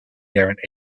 there